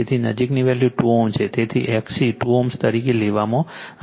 તેથી નજીકની વેલ્યુ 2 Ω છે તેથી XC 2 Ω તરીકે લેવામાં આવે છે